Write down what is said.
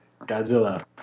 Godzilla